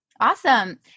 Awesome